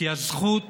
כי הזכות